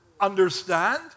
understand